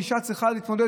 אישה צריכה להתמודד.